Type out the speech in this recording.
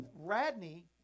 Radney